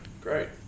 great